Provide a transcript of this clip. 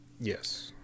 Yes